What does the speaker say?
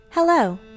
Hello